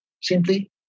simply